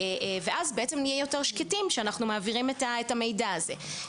ואז בעצם נהיה יותר שקטים כשאנחנו מעבירים את המידע הזה.